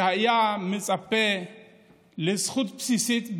שבגלות היה מצפה לזכות בסיסית,